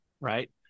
right